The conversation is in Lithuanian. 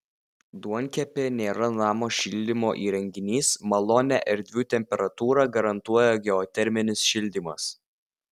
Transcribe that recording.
duonkepė nėra namo šildymo įrenginys malonią erdvių temperatūrą garantuoja geoterminis šildymas